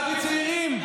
להביא צעירים,